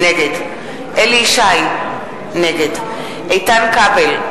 נגד אליהו ישי, נגד איתן כבל,